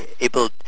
able